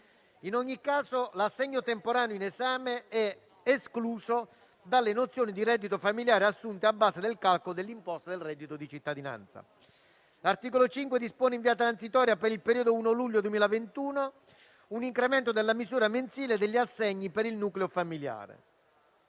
In ogni caso, l'assegno temporaneo in esame è escluso dalle nozioni di reddito familiare assunte a base del calcolo dell'imposta sul reddito di cittadinanza. L'articolo 5 dispone in via transitoria, per il periodo che decorre dal 1° luglio 2021 e fino al 31 dicembre 2021, un incremento della misura mensile degli assegni per il nucleo familiare.